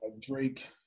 Drake